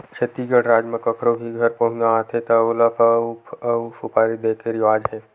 छत्तीसगढ़ राज म कखरो भी घर पहुना आथे त ओला सउफ अउ सुपारी दे के रिवाज हे